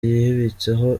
yibitseho